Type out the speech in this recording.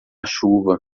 chuva